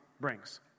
brings